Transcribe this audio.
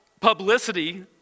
publicity